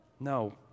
No